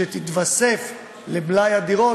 שתתווסף למלאי הדירות.